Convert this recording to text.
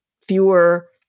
fewer